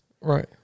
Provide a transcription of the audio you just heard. Right